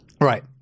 Right